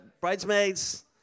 bridesmaids